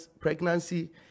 pregnancy